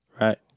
Right